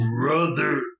brother